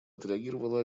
отреагировала